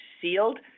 sealed